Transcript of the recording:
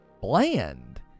bland